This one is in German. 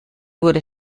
wurde